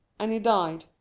and he died.